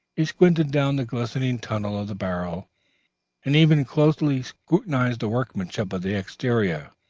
he squinted down the glistening tunnel of the barrel and even closely scrutinized the workmanship of the exterior,